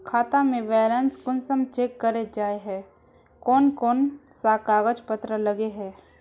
खाता में बैलेंस कुंसम चेक करे जाय है कोन कोन सा कागज पत्र लगे है?